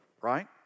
right